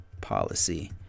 policy